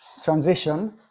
transition